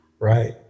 Right